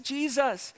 Jesus